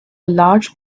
large